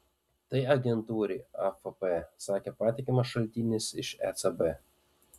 tai agentūrai afp sakė patikimas šaltinis iš ecb